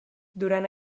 durant